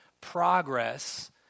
progress